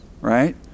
right